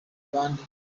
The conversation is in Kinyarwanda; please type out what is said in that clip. bande